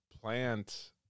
plant